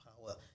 power